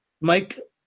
Mike